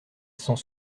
cent